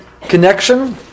connection